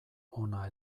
ona